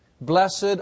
Blessed